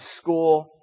school